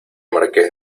marqués